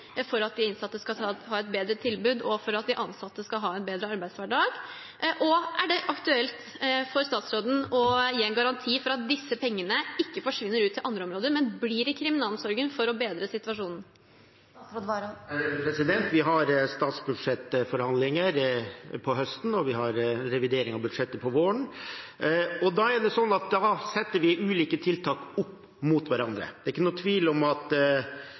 for at de innsatte skal ha et bedre tilbud, og for at de ansatte skal ha en bedre arbeidshverdag? Og er det aktuelt for statsråden å gi en garanti for at disse pengene ikke forsvinner ut til andre områder, men blir i kriminalomsorgen for å bedre situasjonen? Vi har statsbudsjettforhandlinger om høsten, og vi har revidering av budsjettet om våren, og da setter vi ulike tiltak opp mot hverandre. Det er ikke noen tvil om at